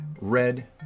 Red